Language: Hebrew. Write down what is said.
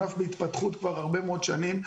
הוא ענף בהתפתחות כבר הרבה מאוד שנים.